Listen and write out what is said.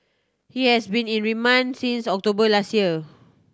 he has been in remand since October last year